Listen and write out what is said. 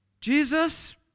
Jesus